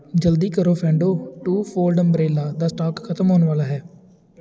ਜਲਦੀ ਕਰੋ ਫ਼ੇਨਡੋ ਟੂ ਫੋਲਡ ਅੰਬ੍ਰੇਲਾ ਦਾ ਸਟਾਕ ਖਤਮ ਹੋਣ ਵਾਲਾ ਹੈ